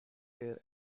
air